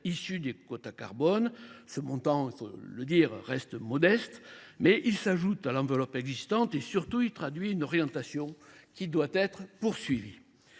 affectés par an aux AOM. Ce montant, il faut le dire, reste modeste, mais il s’ajoute à l’enveloppe existante et traduit une orientation qui doit être poursuivie.